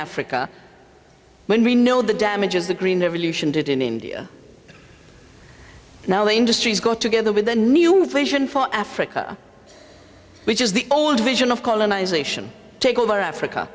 africa when we know the damages the green revolution did in india now the industry's got together with a new vision for africa which is the old vision of colonization take over africa